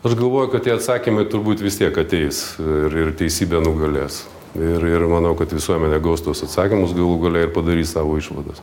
aš galvoju kad tie atsakymai turbūt vis tiek ateis ir ir teisybė nugalės ir ir manau kad visuomenė gaus tuos atsakymus galų gale ir padarys savo išvadas